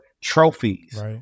trophies